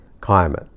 climate